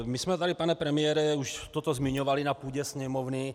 My jsme tady, pane premiére, už toto zmiňovali na půdě Sněmovny.